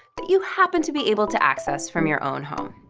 but you happen to be able to access from your own home.